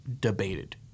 debated